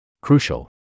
Crucial